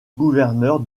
gouverneur